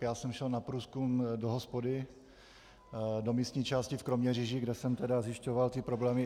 Šel jsem na průzkum do hospody, do místní části v Kroměříži, kde jsem zjišťoval ty problémy.